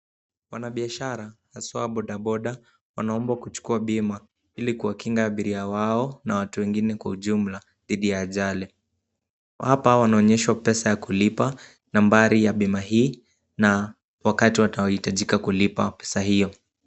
Wanabiashara haswa wa boda boda, wanaombwa kuchukuwa bima ili kuwakinga abiria wao na watu wengine kwa ujumla dhidhi ya ajali. Hapa wanaonyeshwa pesa ya kulipa, nambari ya bima hii na wakati watakaohitajika kulipa pesa iyo.